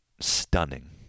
stunning